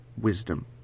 wisdom